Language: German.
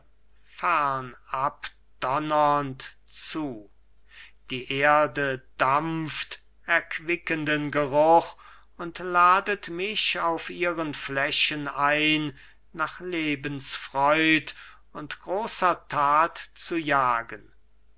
die erde dampft erquickenden geruch und ladet mich auf ihren flächen ein nach lebensfreud und großer that zu jagen